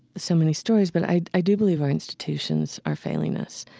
so many stories, but i i do believe our institutions are failing us.